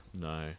No